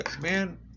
man